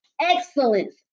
Excellence